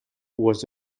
was